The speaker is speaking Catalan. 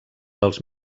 dels